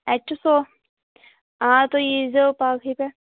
اَتہِ چھُ سُہ آ تُہۍ یی زیو پَگہٕے پٮ۪ٹھ